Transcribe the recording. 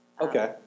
Okay